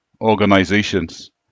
organizations